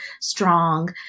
strong